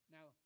Now